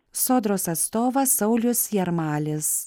sodros atstovas saulius jarmalis